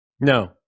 No